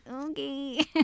okay